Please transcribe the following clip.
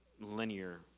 linear